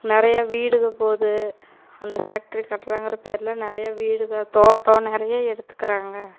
நிறைய வீடுகள் போகுது அந்த ஃபேக்ட்ரி கட்றேங்கிற பேரில் நிறைய வீடுகள் தோட்டம் நிறைய எடுத்துக்கிறாங்க